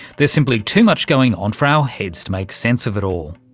there's simply too much going on for our heads to make sense of it all.